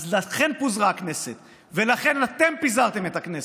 אז לכן פוזרה הכנסת, ולכן אתם פיזרתם את הכנסת.